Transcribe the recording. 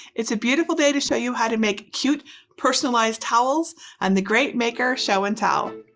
it's a beautiful day to show you how to make cute personalized towels and the great maker show and tell.